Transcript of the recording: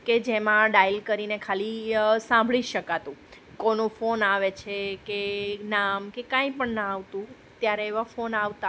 કે જેમાં ડાયલ કરીને ખાલી સાંભળી શકાતું કોનો ફોન આવે છે કે નામ કે કાઇ પણ ના આવતું ત્યારે એવા ફોન આવતા